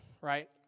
right